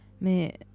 Mais